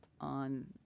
on